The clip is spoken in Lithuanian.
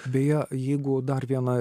beje jeigu dar viena